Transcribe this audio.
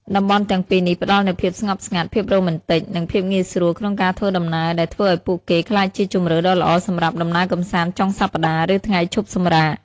តំបន់ទាំងពីរនេះផ្តល់នូវភាពស្ងប់ស្ងាត់ ភាពរ៉ូមែនទិក និងភាពងាយស្រួលក្នុងការធ្វើដំណើរ ដែលធ្វើឲ្យពួកគេក្លាយជាជម្រើសដ៏ល្អសម្រាប់ដំណើរកម្សាន្តចុងសប្តាហ៍ ឬថ្ងៃឈប់សម្រាក។